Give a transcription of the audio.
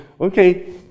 okay